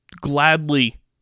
Gladly